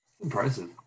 Impressive